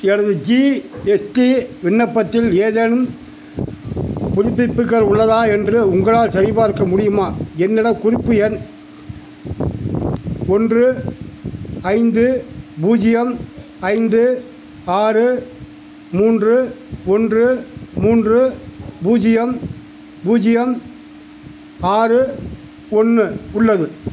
எனது ஜிஎஸ்டி விண்ணப்பத்தில் ஏதேனும் புதுப்பிப்புகள் உள்ளதா என்று உங்களால் சரிபார்க்க முடியுமா என்னிடம் குறிப்பு எண் ஒன்று ஐந்து பூஜ்ஜியம் ஐந்து ஆறு மூன்று ஒன்று மூன்று பூஜ்ஜியம் பூஜ்ஜியம் ஆறு ஒன்று உள்ளது